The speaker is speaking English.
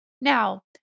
Now